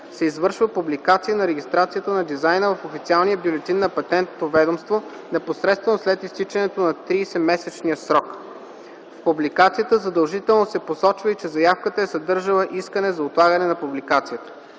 се извършва публикация на регистрацията на дизайна в официалния бюлетин на Патентното ведомство непосредствено след изтичането на 30-месечния срок. В публикацията задължително се посочва и че заявката е съдържала искане за отлагане на публикацията.”